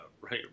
right